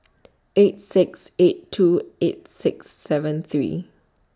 eight six eight two eight six seven three